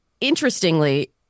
interestingly